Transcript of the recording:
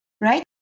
right